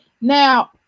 Now